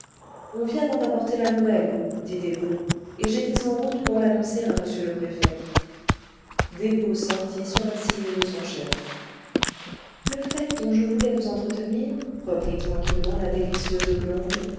on vient d'en apporter la nouvelle dit despaux et j'étais en route pour l'annoncer à m le préfet despaux sortit sur un signe de son chef le fait dont je voulais vous entretenir reprit tranquillement la délicieuse blonde